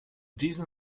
diesem